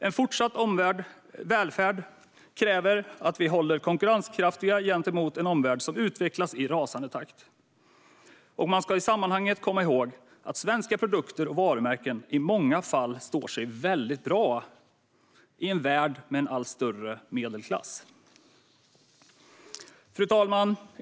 En fortsatt välfärd kräver att vi håller oss konkurrenskraftiga gentemot en omvärld som utvecklas i rasande takt. Man ska i sammanhanget komma ihåg att svenska produkter och varumärken i många fall står sig väldigt bra i en värld med en allt större medelklass. Fru talman!